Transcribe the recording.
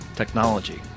technology